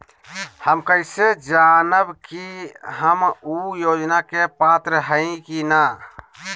हम कैसे जानब की हम ऊ योजना के पात्र हई की न?